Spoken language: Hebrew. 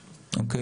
אוקיי,